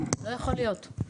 לא יכול להיות.